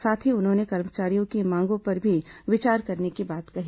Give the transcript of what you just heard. साथ ही उन्होंने कर्मचारियों की मांगों पर भी विचार करने की बात कहीं